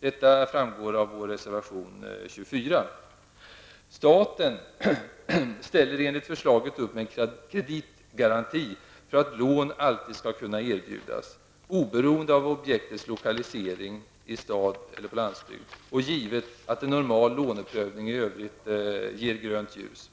Detta framgår av vår reservation Staten ställer enligt förslaget upp med en kreditgaranti för att lån alltid skall kunna erbjudas, oberoende av objektets lokalisering, i stad eller på landsbygd, och givet att en normal låneprövning i övrigt ger grönt ljus.